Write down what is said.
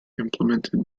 implemented